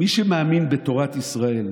מי שמאמין בתורת ישראל,